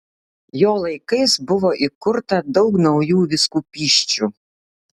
jo laikais buvo įkurta daug naujų vyskupysčių